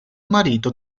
marito